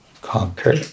conquer